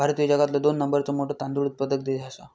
भारत ह्यो जगातलो दोन नंबरचो मोठो तांदूळ उत्पादक देश आसा